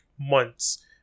months